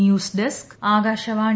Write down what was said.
news desk Akashvani